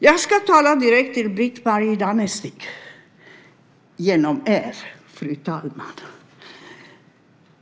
Jag ska tala direkt till Britt-Marie Danestig genom er, fru talman.